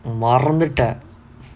மறந்துட்ட:maranthutta